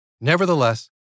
Nevertheless